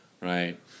right